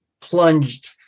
plunged